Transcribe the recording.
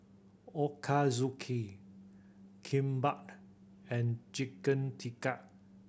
Ochazuke Kimbap and Chicken Tikka